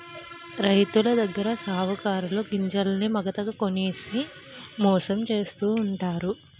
రైతులదగ్గర సావుకారులు గింజల్ని మాగతాకి కొనేసి మోసం చేస్తావుంటారు